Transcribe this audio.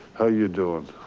how you doing?